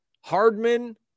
Hardman